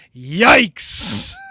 Yikes